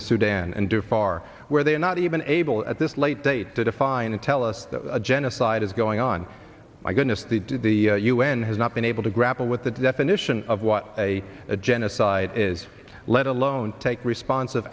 the sudan and to far where they are not even able at this late date to define and tell us that a genocide is going on my goodness the did the un has not been able to grapple with the definition of what a a genocide is let alone take response of